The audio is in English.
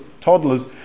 toddlers